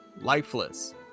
lifeless